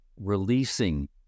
releasing